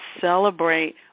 celebrate